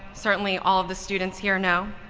certainly all of the students here know,